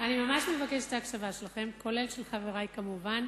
אני ממש מבקשת את ההקשבה שלכם, גם של חברי, כמובן,